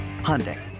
Hyundai